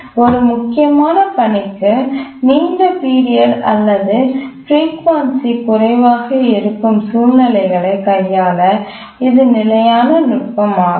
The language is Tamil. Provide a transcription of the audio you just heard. ஒரு முக்கியமான பணிக்கு நீண்ட பீரியட் அல்லது அதன் ஃப்ரீகொன்சி குறைவாக இருக்கும் சூழ்நிலைகளைக் கையாள இது நிலையான நுட்பமாகும்